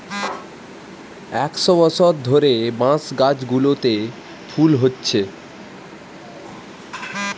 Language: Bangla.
একশ বছর ধরে বাঁশ গাছগুলোতে ফুল হচ্ছে